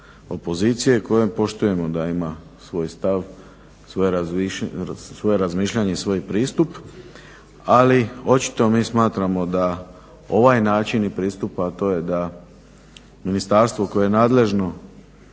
opozicije koju poštujemo da ima svoj stav, svoje razmišljanje i svoj pristup ali očito mi smatramo da ovaj način pristupa, a to je da ministarstvo koje je nadležno